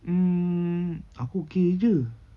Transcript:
mm aku okay jer